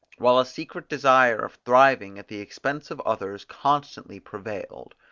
while a secret desire of thriving at the expense of others constantly prevailed.